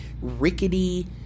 rickety